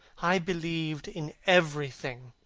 i believed in everything.